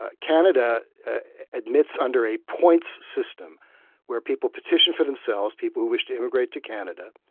ah canada admits under a points system where people petitioned for themselves, people who wish to immigrate to canada.